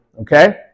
Okay